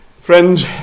Friends